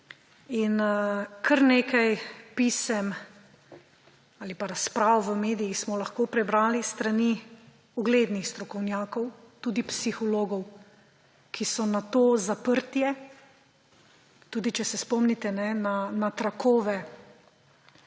Kar nekaj pisem ali pa razprav v medijih smo lahko prebrali s strani uglednih strokovnjakov, tudi psihologov, ki so na to zaprtje, tudi če se spomnite na trakove